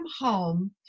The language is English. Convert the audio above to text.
home